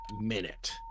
minute